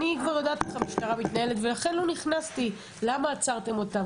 אני כבר יודעת איך המשטרה מתנהלת ולכן לא נכנסתי למה עצרתם אותם.